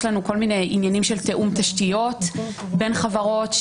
יש לנו כל מיני עניינים של תיאום תשתיות בין חברות,